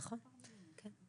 נכון, נכון.